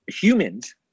humans